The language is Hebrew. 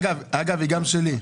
אגב, היא גם שלי.